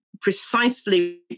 precisely